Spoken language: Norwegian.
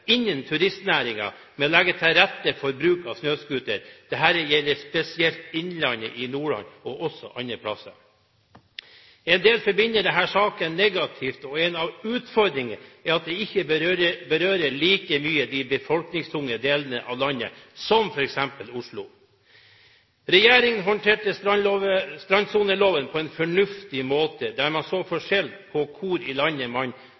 innen turistnæringen med å legge til rette for bruk av snøscooter. Dette gjelder spesielt innlandet i Nordland, men også andre steder. En del forbinder denne saken med noe negativt, og en av utfordringene er at den ikke berører like mye de befolkningstunge delene av landet, som f.eks. Oslo. Regjeringen håndterte strandsoneloven på en fornuftig måte, der man så forskjell på hvor i landet man